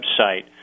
website